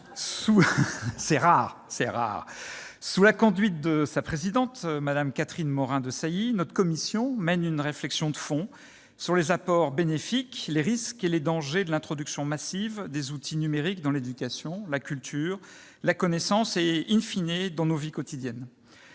est rare !-, sous la conduite de sa présidente, Mme Catherine Morin-Desailly, notre commission mène une réflexion de fond sur les apports bénéfiques, les risques et les dangers de l'introduction massive des outils numériques dans l'éducation, la culture, la connaissance et,, dans nos vies quotidiennes.